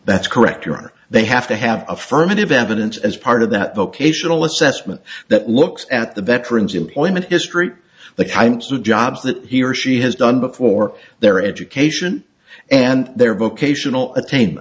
that's correct your honor they have to have affirmative evidence as part of that vocational assessment that looks at the veterans employment history the kinds of jobs that he or she has done before their education and their vocational a